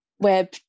web